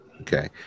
Okay